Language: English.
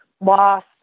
loss